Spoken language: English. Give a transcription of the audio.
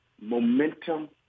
momentum